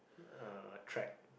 uh track